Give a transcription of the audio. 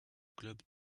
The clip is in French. club